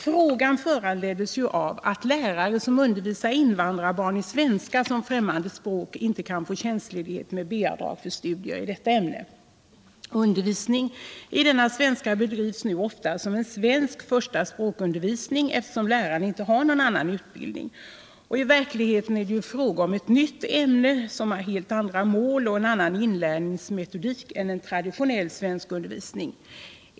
Frågan föranleddes av att lärare som undervisar invandrarbarn i svenska som främmande språk inte kan få tjänstledighet med B-avdrag för studier i detta ämne. Undervisningen i svenska för invandrarbarn bedrivs nu oftast som svensk första språkundervisning, eftersom lärarna inte har någon annan utbildning. I verkligheten är det fråga om ett nytt ämne, som har helt andra mål och en annan inlärningsmetodik än traditionell svenskundervisning.